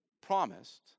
promised